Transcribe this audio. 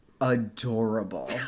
adorable